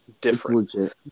different